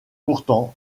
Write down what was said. portant